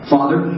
Father